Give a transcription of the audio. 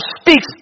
speaks